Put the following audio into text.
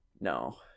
No